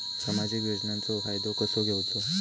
सामाजिक योजनांचो फायदो कसो घेवचो?